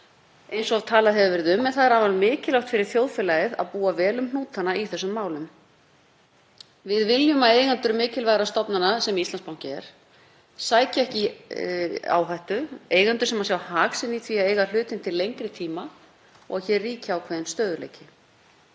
eins og talað hefur verið um. En það er afar mikilvægt fyrir þjóðfélagið að búa vel um hnútana í þessum málum. Við viljum að eigendur mikilvægra stofnana, sem Íslandsbanki er, sæki ekki í áhættu, þeir sjái hag sinn í því að eiga hlutinn til lengri tíma og hér ríki ákveðinn stöðugleiki.